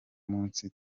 munsi